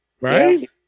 Right